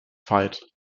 fight